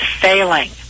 failing